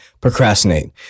procrastinate